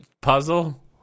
puzzle